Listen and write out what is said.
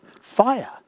Fire